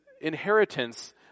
inheritance